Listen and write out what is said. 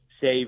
save